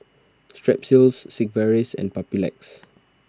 Strepsils Sigvaris and Papulex